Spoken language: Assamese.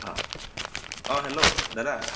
অঁ অঁ হেল্লো দাদা